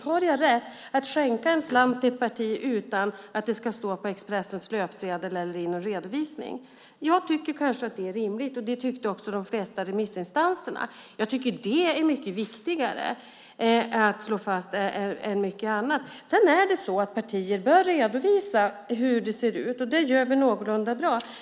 Har jag rätt att skänka en slant till ett parti utan att det ska stå på Expressens löpsedel eller i någon redovisning? Jag tycker kanske att det är rimligt, och det tyckte också de flesta remissinstanserna. Det tycker jag är mycket viktigare att slå fast än mycket annat. Sedan bör partier redovisa hur det ser ut, och det gör vi någorlunda bra.